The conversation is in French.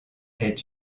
est